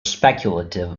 speculative